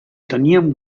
teníem